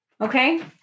Okay